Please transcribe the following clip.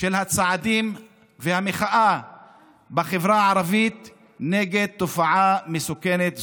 של הצעדים והמחאה בחברה הערבית נגד תופעה מסוכנת זו,